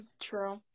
True